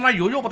ah yo yo. but